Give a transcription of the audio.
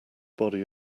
body